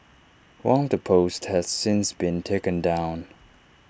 one of the posts has since been taken down